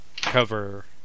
Cover